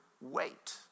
wait